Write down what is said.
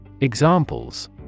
examples